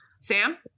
Sam